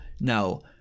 Now